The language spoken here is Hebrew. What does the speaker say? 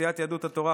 סיעת יהדות התורה,